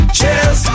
Cheers